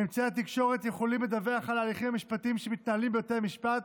אמצעי התקשורת יכולים לדווח על ההליכים המשפטיים שמתנהלים בבתי משפט,